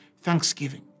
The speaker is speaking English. thanksgiving